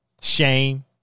shame